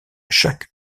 chaque